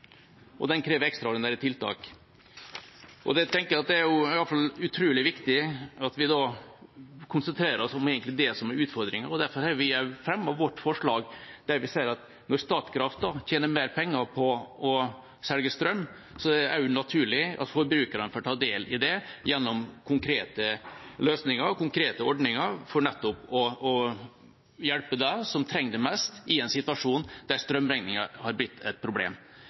og den krever ekstraordinære tiltak. Jeg tenker det er utrolig viktig at vi da konsentrerer oss om det som egentlig er utfordringen. Derfor har vi fremmet vårt forslag der vi sier at når Statkraft tjener mer penger på å selge strøm, er det også naturlig at forbrukerne får ta del i det gjennom konkrete løsninger, konkrete ordninger, for nettopp å hjelpe dem som trenger det mest, i en situasjon der strømregningen har blitt et problem.